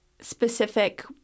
specific